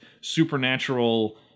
supernatural